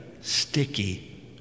sticky